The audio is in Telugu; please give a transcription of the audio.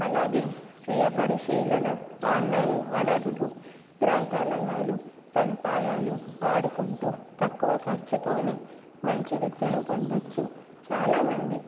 అలాగే స్వీయ పరిశీలన ఆన్లైన్ వనరులు గ్రంథాలయాలు సదుపాయాలు వాడుకుంటూ తక్కువ ఖర్చుతోనే మంచి విద్యను పొందవచ్చు చాలామంది